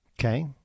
Okay